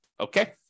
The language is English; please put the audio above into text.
Okay